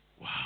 Wow